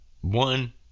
one